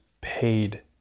paid